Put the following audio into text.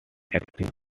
active